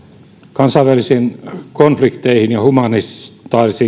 kansainvälisiin konflikteihin ja humanitaarisiin